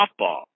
softball